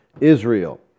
Israel